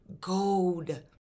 gold